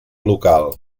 local